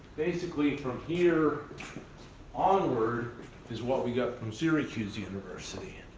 basically, from here onward is what we got from syracuse university